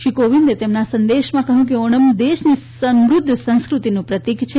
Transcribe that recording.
શ્રી કોવિંદે તેમના સંદેશામાં કહયું કે ઓણમ દેશની સમૃધ્ધ સંસ્કૃતિનું પ્રતીક છે